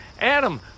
Adam